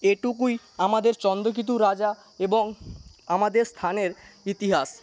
এটুকুই আমাদের চন্দ্রকেতু রাজা এবং আমাদের স্থানের ইতিহাস